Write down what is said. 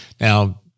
Now